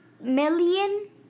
Million